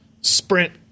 sprint